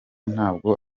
ntabwo